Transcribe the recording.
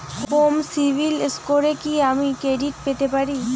কম সিবিল স্কোরে কি আমি ক্রেডিট পেতে পারি?